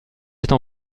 était